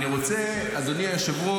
אני רוצה לזעזע אותך, אדוני היושב-ראש.